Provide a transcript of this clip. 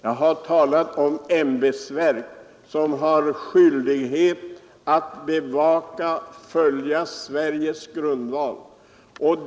Jag har talat om ämbetsverk som har skyldighet att följa Sveriges grundlag.